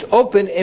open